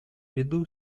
виду